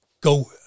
go